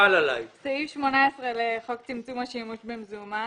סעיף 18 לחוק צמצום השימוש במזומן,